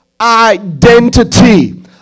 identity